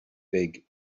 big